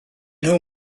nhw